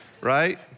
Right